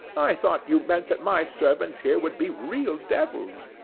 i thought you meant that my servants here would be real devils.